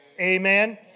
Amen